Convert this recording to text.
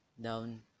down